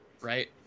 right